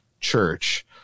church